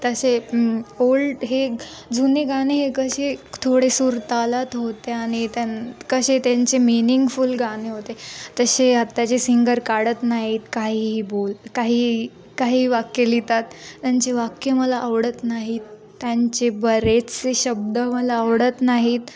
तसे ओल्ड हे जुने गाणे हे कसे थोडे सूरतालात होते आणि त्यां कसे त्यांचे मीनिंगफुल गाणे होते तसे आत्ताचे सिंगर काढत नाहीत काहीही बोल काही काही वाक्य लिहितात त्यांचे वाक्य मला आवडत नाहीत त्यांचे बरेचसे शब्द मला आवडत नाहीत